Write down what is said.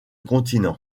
continent